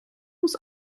muss